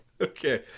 Okay